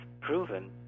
proven